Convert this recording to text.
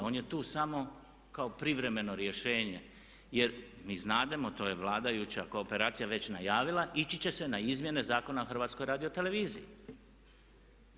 On je tu smo kao privremeno rješenje jer mi znademo, to je vladajuća kooperacija već najavila, ići će se na Izmjene zakona o HRT-u.